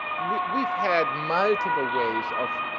we've we've had multiple ways of,